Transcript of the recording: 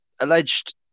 alleged